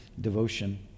devotion